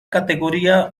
categoría